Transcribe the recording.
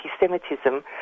anti-Semitism